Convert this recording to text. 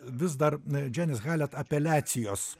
vis dar džianis halet apeliacijos